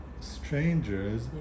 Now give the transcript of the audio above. strangers